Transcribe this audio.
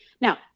Now